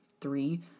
three